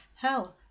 Hell